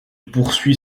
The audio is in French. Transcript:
poursuit